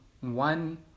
one